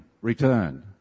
returned